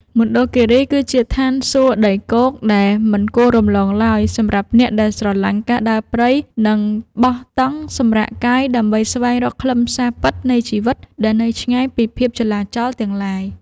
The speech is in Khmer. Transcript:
មណ្ឌលគីរីគឺជាឋានសួគ៌ដីគោកដែលមិនគួររំលងឡើយសម្រាប់អ្នកដែលស្រឡាញ់ការដើរព្រៃ និង បោះតង់សម្រាកកាយដើម្បីស្វែងរកខ្លឹមសារពិតនៃជីវិតដែលនៅឆ្ងាយពីភាពចលាចលទាំងឡាយ។